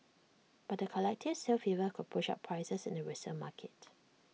but the collective sale fever could push up prices in the resale market